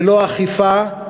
ללא אכיפה,